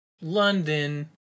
London